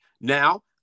Now